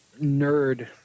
nerd